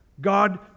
God